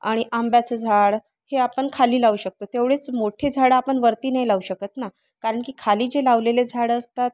आणि आंब्याचं झाड हे आपण खाली लावू शकतो तेवढेच मोठी झाडं आपण वरती नाही लावू शकत ना कारण की खाली जे लावलेले झाडं असतात